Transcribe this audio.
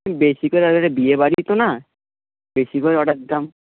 বেশি করে বিয়ে বাড়ি তো না বেশি করে অর্ডার দিতাম